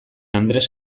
andres